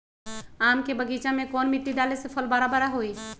आम के बगीचा में कौन मिट्टी डाले से फल बारा बारा होई?